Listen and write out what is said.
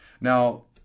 Now